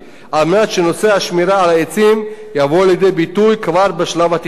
על מנת שנושא השמירה על העצים יבוא לידי ביטוי כבר בשלב התכנוני.